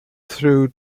through